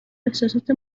احساسات